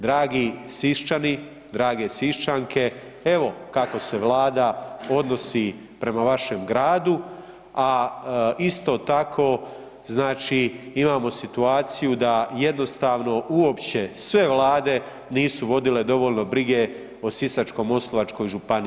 Dragi Siščani, drage Siščanke, evo kako se vlada odnosi prema vašem gradu, a isto tako znači imamo situaciju da jednostavno uopće sve vlade nisu vodile dovoljno brige o Sisačko-moslavačkoj županiji.